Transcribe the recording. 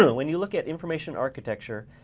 when you look at information architecture,